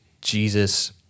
Jesus